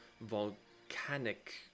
volcanic